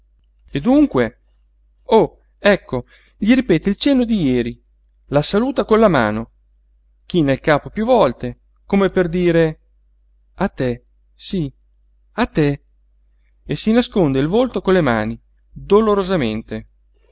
e dunque oh ecco gli ripete il cenno di jeri la saluta con la mano china il capo piú volte come per dire a te sí a te e si nasconde il volto con le mani dolorosamente